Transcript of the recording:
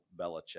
Belichick